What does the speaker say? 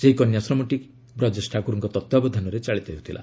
ସେହି କନ୍ୟାଶ୍ରମଟି ବ୍ରଜେଶ ଠାକୁରଙ୍କ ତତ୍ତ୍ୱାବଧାନରେ ଚାଳିତ ହେଉଥିଲା